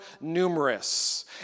numerous